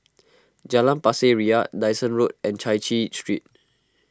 Jalan Pasir Ria Dyson Road and Chai Chee Street